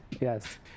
Yes